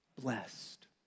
blessed